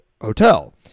hotel